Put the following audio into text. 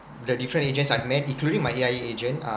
the different agents I've met including my A_I_A agent uh